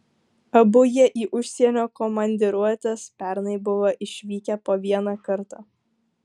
abu jie į užsienio komandiruotes pernai buvo išvykę po vieną kartą